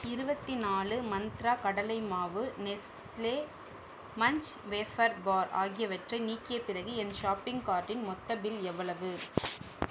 இருபத்தி நாலு மந்த்ரா கடலை மாவு நெஸ்லே மன்ச் வேஃபர் பார் ஆகியவற்றை நீக்கிய பிறகு என் ஷாப்பிங் கார்ட்டின் மொத்த பில் எவ்வளவு